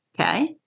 Okay